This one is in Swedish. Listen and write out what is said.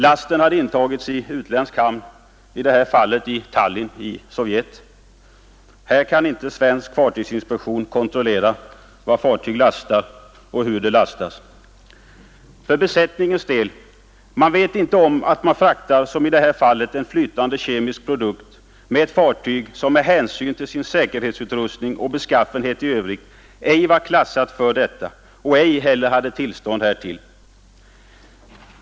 Lasten hade intagits i utländsk hamn — i det här fallet i Tallinn i Sovjet. Här kan inte svensk fartygsinspektion kontrollera vad fartyg lastar och hur det lastas. Besättningen känner inte till vad som fraktas — i det här fallet en flytande kemisk produkt — med ett fartyg som med hänsyn till sin säkerhetsutrustning och beskaffenhet i övrigt ej var klassat för detta och ej heller hade tillstånd därtill.